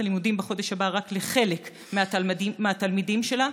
הלימודים בחודש הבא רק לחלק מהתלמידים שלה.